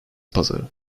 pazarı